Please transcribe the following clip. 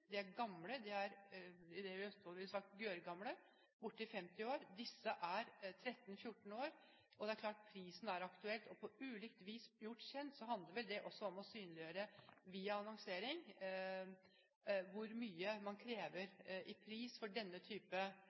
er gamle – i Østfold ville vi sagt gørrgamle – bortimot 50 år. De det her er snakk om, er 13–14 år, og når prisen på ulikt vis er gjort kjent, handler det vel også om å synliggjøre via annonsering hvor mye man krever i pris for denne type